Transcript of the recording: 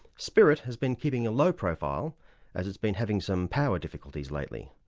spirit has been keeping a low profile as it's been having some power difficulties lately,